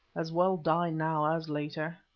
as well die now as later.